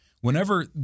whenever